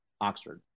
Oxford